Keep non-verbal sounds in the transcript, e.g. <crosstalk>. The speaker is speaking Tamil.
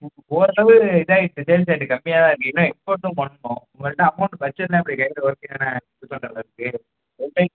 ஓரளவு இதாகிருச்சு சேல்ஸ் ரேட்டு கம்மியாக தான் இருக்குது இன்னும் எக்ஸ்போர்ட்டும் பண்ணணும் உங்கள்கிட்ட அமௌண்ட் <unintelligible>